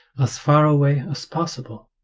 as far away as possible